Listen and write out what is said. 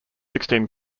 sixteen